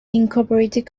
unincorporated